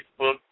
Facebook